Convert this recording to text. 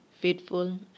faithful